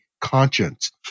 conscience